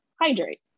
hydrate